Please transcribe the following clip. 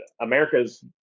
america's